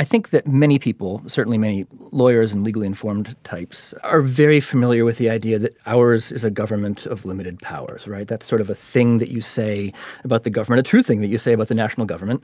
i think that many people certainly many lawyers and legal informed types are very familiar with the idea that ours is a government of limited powers. right. that's sort of a thing that you say about the government a true thing that you say about the national government.